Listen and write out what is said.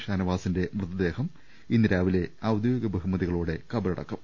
ഷാനവാസിന്റെ മൃതദേഹം ഇന്ന് രാവിലെ ഔദ്യോഗിക ബഹുമതികളോടെ ഖബറടക്കും